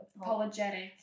apologetic